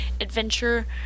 adventure